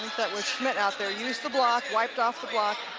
that was schmitt out there. used the block, wiped off the block.